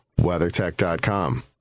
WeatherTech.com